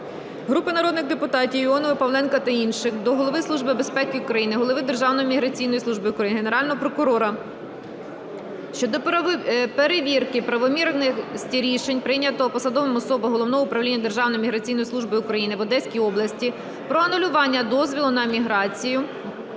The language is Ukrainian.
Групи народних депутатів (Іонової, Павленка та інших) до Голови Служби безпеки України, Голови Державної міграційної служби України, Генерального прокурора щодо перевірки правомірності рішення, прийнятого посадовими особами Головного управління Державної міграційної служби України в Одеській області про анулювання дозволу на імміграцію